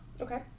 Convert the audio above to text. Okay